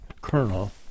colonel